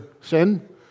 sin